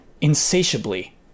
Insatiably